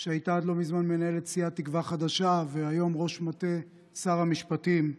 שהייתה עד לא מזמן מנהלת סיעת תקווה חדשה והיום ראש מטה שר המשפטים.